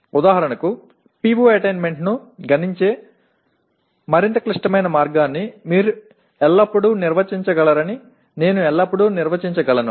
உதாரணமாக நீங்கள் எப்போதும் POஅடைதல் கணக்கிடுவதற்கு மிகவும் சிக்கலான வழி வரையறுக்க முடியும் அதை நியாயப்படுத்த முடியும்